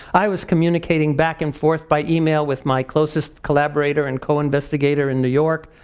i was communicating back and forth by email with my closest collaborator and co-investigator in new york,